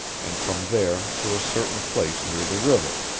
and from there to a certain place near the river.